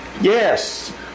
Yes